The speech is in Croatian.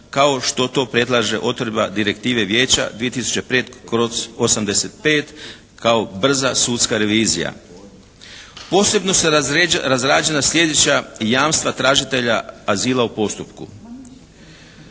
kao što to predlaže odredba direktive vijeća 2005./85 kao brza sudska revizija. Posebno su razrađena sljedeća jamstva tražitelja azila u postupku.